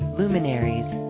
luminaries